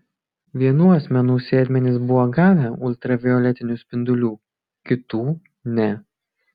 vienų asmenų sėdmenys buvo gavę ultravioletinių spindulių kitų ne